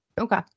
Okay